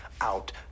out